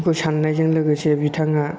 बेखौ साननायजों लोगोसे बिथाङा